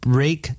Break